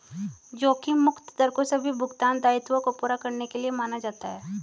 जोखिम मुक्त दर को सभी भुगतान दायित्वों को पूरा करने के लिए माना जाता है